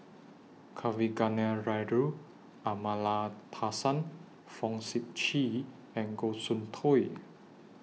Kavignareru Amallathasan Fong Sip Chee and Goh Soon Tioe